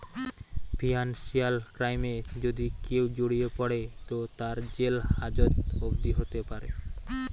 financial ক্রাইমে যদি কেও জড়িয়ে পড়ে তো তার জেল হাজত অবদি হোতে পারে